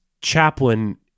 Chaplin-